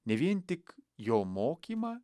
ne vien tik jo mokymą